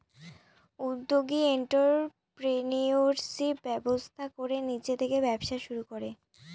উদ্যোগী এন্ট্ররপ্রেনিউরশিপ ব্যবস্থা করে নিজে থেকে ব্যবসা শুরু করে